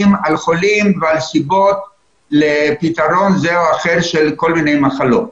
על חולים ועל הסיבות לפתרון זה או אחר של כל מיני מחלות.